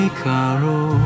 caro